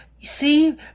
See